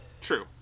True